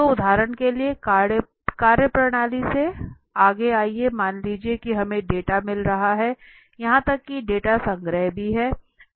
तो उदाहरण के लिए कार्यप्रणाली से आगे आइए मान लीजिए कि हमें डाटा मिल रहा है यहां तक कि डेटा संग्रह भी है